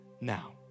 now